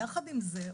יחד עם זה,